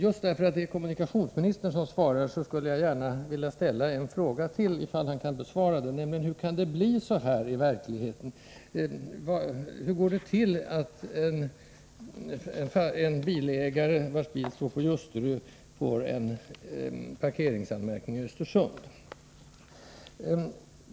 Just därför att det är kommunikationsministern som svarar skulle jag gärna vilja ställa en fråga till, ifall han kan besvara den: Hur kan det bli så här i verkligheten? Hur går det till när en bilägare, vars bil står på Ljusterö, får en parkeringsanmärkning i Östersund?